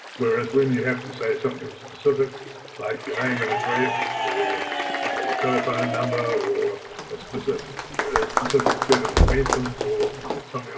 whereas when you have to say something specific like your name and address or your telephone number or a specific set of dimensions or something